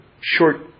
short